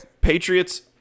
Patriots